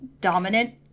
dominant